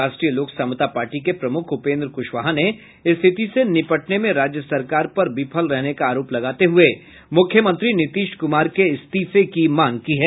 राष्ट्रीय लोक समता पार्टी के प्रमुख उपेन्द्र कुशवाहा ने स्थिति से निपटने में राज्य सरकार पर विफल रहने का आरोप लगाते हुए मुख्यमंत्री नीतीश कुमार के इस्तीफे की मांग की है